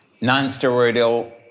non-steroidal